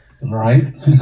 Right